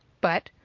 but,